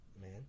man